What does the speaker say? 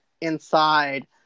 inside